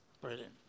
Brilliant